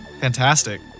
fantastic